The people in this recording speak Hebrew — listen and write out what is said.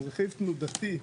הוא רכיב תנודתי.